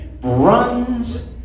Runs